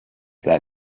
that